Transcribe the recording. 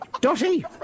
Dotty